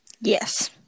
Yes